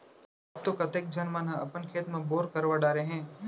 अब तो कतेक झन मन ह अपन खेत म बोर करवा डारे हें